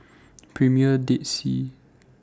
Premier Dead Sea